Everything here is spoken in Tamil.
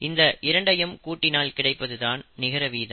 இந்த இரண்டையும் கூடினால் கிடைப்பது தான் நிகர வீதம்